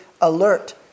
alert